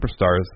superstars